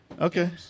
Okay